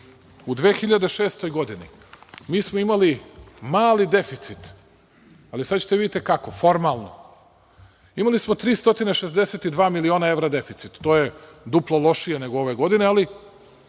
U 2006. godini mi smo imali mali deficit, ali, sada ćete da vidite kako – formalno. Imali smo 362 miliona evra deficita. To je duplo lošije nego ove godine, ali,